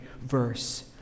verse